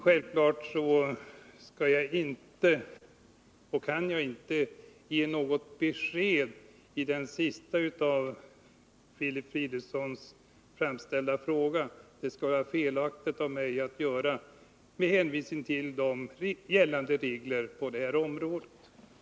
Självfallet kan jag inte ge något besked när det gäller den sista av Filip Fridolfssons framställda frågor. Det skulle, med hänvisning till gällande regler på detta område, vara felaktigt av mig att göra det.